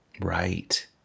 Right